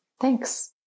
Thanks